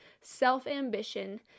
self-ambition